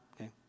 Okay